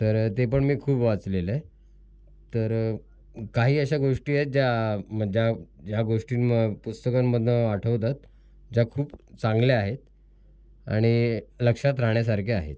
तर ते पण मी खूप वाचलेलं आहे तर काही अशा गोष्टी आहेत ज्या ज्या ज्या गोष्टींम पुस्तकांमधनं आठवतात ज्या खूप चांगल्या आहे आणि लक्षात राहण्यासारख्या आहेत